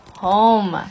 home